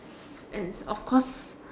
and it's of course